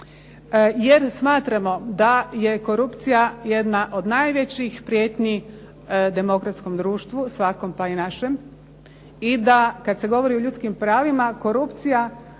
Jer smatramo da je korupcija jedna od najvećih prijetnji demokratskom društvu, svakom, pa i našem i da kada se govori o ljudskim pravima, korupcija